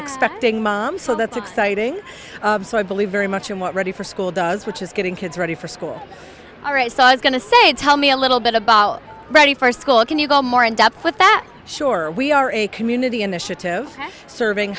expecting mom so that's exciting so i believe very much in what ready for school does which is getting kids ready for school all right so is going to say tell me a little bit about ready for school can you go more in depth with that sure we are a community initiative serving